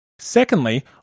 Secondly